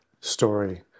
story